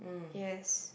yes